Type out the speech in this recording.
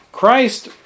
Christ